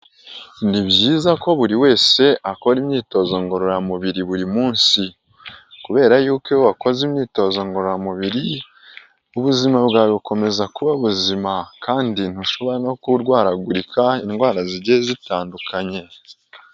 Ni byiza ko buri wese akora imyitozo ngororamubiri buri munsi, kubera yuko iyo wakoze imyitozo ngororamubiri ubuzima bwawe bukomeza kuba buzima kandi ntushobora no kurwaragurika indwara zigiye zitandukanye.